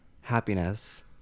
happiness